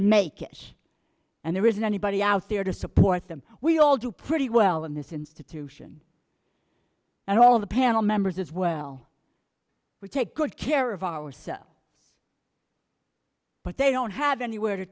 make it and there isn't anybody out there to support them we all do pretty well in this institution and all of the panel members as well we take good care of ourselves but they don't have anywhere to